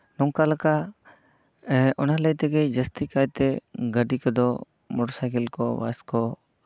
ᱱᱚᱝᱠᱟ ᱞᱮᱠᱟ ᱚᱱᱟ ᱞᱟᱹᱭ ᱛᱮᱜᱮ ᱡᱟᱹᱥᱛᱤ ᱠᱟᱭᱛᱮ ᱜᱟᱹᱰᱤ ᱠᱚᱫᱚ ᱢᱚᱴᱚᱨ ᱥᱟᱭᱠᱮᱹᱞ ᱠᱚ ᱵᱟᱥ ᱠᱚ